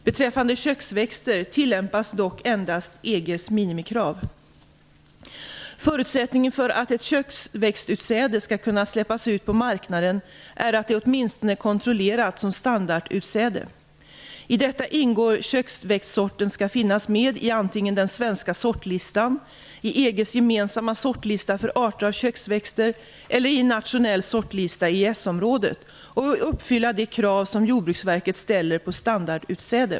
Beträffande köksväxter tillämpas dock endast Förutsättningen för att ett köksväxtutsäde skall kunna släppas ut på marknaden är att det åtminstone är kontrollerat som standardutsäde. I detta ingår att köksväxtsorten skall finnas med i antingen den svenska sortlistan, i EG:s gemensamma sortlista för arter av köksväxter eller i en nationell sortlista i EES-området och uppfylla de krav som Jordbruksverket ställer på standardutsäde.